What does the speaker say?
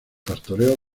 pastoreo